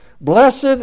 Blessed